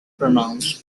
pronounced